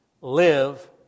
Live